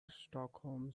stockholm